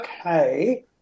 okay